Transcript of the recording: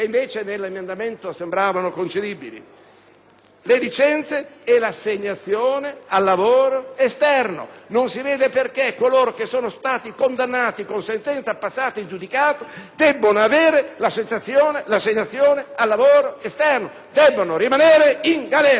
le licenze e l'assegnazione al lavoro esterno. Non si vede perché coloro che sono stati condannati con sentenza passata in giudicato debbano avere l'assegnazione al lavoro esterno. Devono rimanere in galera! *(Applausi dai